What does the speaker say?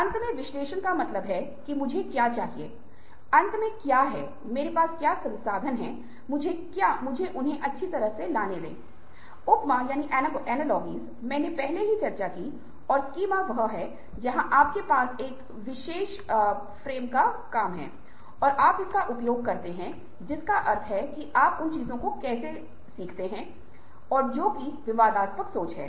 इसलिए ठीक यही तरीका है कि हमारे व्यक्तिगत व्यावसायिक जीवन में जब भी कोई ऐसी स्थिति होती है जहां समायोजित करके हम आगे बढ़ सकते हैं और खोने के लिए कुछ नहीं है और बहुत समस्या या कठिनाइयां नहीं आएंगी बल्कि यह एक सद्भावना देगा और लोग पसंद करेंगे इसलिए यह अच्छा है कि हम इस प्रकार की शैली के साथ आगे बढ़ सकते हैं जिसे दूसरों को समायोजित करने वाला स्टाइल कहा जाता है